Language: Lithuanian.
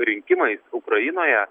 rinkimais ukrainoje